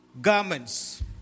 garments